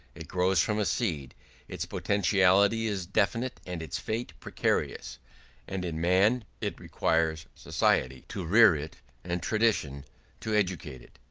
it grows from a seed its potentiality is definite and its fate precarious and in man it requires society to rear it and tradition to educate it.